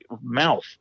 mouth